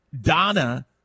Donna